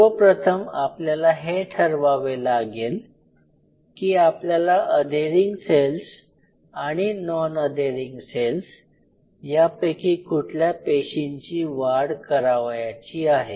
सर्वप्रथम आपल्याला हे ठरवावे लागेल की आपल्याला अधेरिंग सेल्स आणि नॉन अधेरिंग सेल्स यापैकी कुठल्या पेशींची वाढ करावयाची आहे